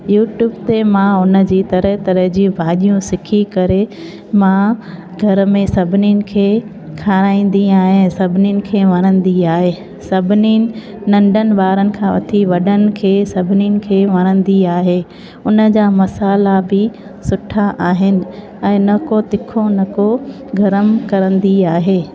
YouTube ते मां हुनजी तरह तरह जी भाॼियूं सिखी करे मां घर में सभिनिनि खे खाराईंदी आहियां सभिनिनि खे वणंदी आहे सभिनिनि नंढनि ॿारनि खां वठी वॾनि खे सभिनिनि खे वणंदी आहे हुनजा मसाला बि सुठा आहिनि ऐं न को तीखो न को गरमु कंदी आहे